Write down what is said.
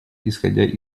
исходя